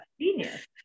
genius